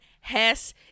Hess